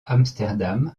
amsterdam